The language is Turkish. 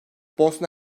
bosna